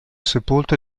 sepolto